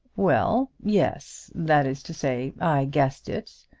well yes that is to say, i guessed it.